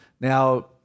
Now